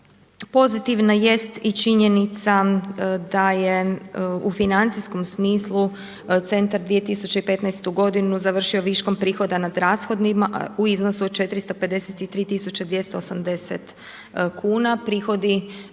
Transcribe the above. Pozitivna jest i činjenica da je u financijskom smislu centar 2015. godinu završio viškom prihoda nad rashodima u iznosu od 453 280 kuna, prihodi